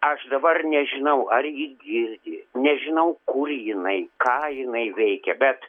aš dabar nežinau ar ji girdi nežinau kur jinai ką jinai veikia bet